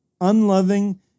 unloving